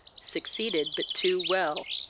succeeded but too well.